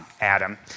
Adam